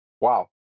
Wow